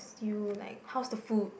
you like how's the food